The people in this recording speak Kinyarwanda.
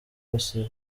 bose